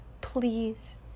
Please